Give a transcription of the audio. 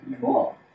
Cool